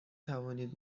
توانید